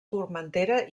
formentera